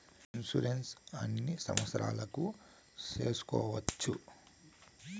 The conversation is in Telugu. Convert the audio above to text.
ఇన్సూరెన్సు ఎన్ని సంవత్సరాలకు సేసుకోవచ్చు?